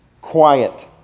quiet